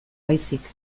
baizik